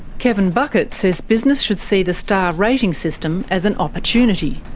kevin buckett says business should see the star rating system as an opportunity.